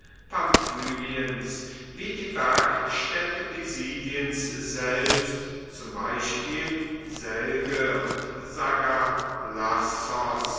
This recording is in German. pamphyliens wie die bergstädte pisidiens selbst zum beispiel selge und sagalassos